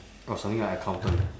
orh something like accountant